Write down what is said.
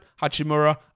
Hachimura